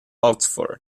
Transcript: oxford